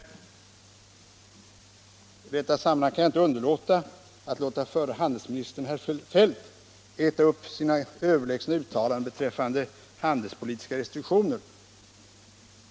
I detta sammanhang kan jag inte underlåta att låta förre handelsministern, herr Feldt, äta upp sina överlägsna uttalanden beträffande handelspolitiska restriktioner.